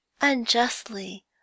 unjustly